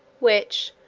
which,